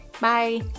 Bye